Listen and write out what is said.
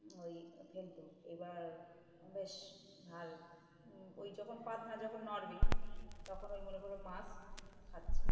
ওই ফেলতো এবার বেশ আর ওই যখন পাত না যখন নড়বে তখন ওই মনে কর মাছ খাচ্ছে